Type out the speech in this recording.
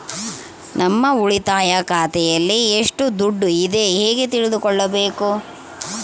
ನಮ್ಮ ಉಳಿತಾಯ ಖಾತೆಯಲ್ಲಿ ಎಷ್ಟು ದುಡ್ಡು ಇದೆ ಹೇಗೆ ತಿಳಿದುಕೊಳ್ಳಬೇಕು?